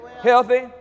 healthy